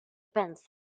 panza